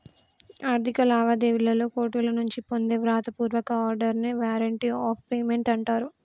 ఆర్థిక లావాదేవీలలో కోర్టుల నుంచి పొందే వ్రాత పూర్వక ఆర్డర్ నే వారెంట్ ఆఫ్ పేమెంట్ అంటరు